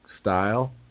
style